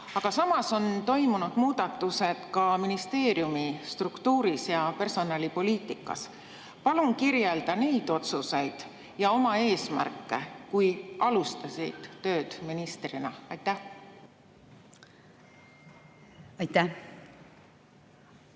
Aga samas on toimunud muudatused ka ministeeriumi struktuuris ja personalipoliitikas. Palun kirjelda neid otsuseid ja oma eesmärke, kui sa alustasid tööd ministrina. Aitäh,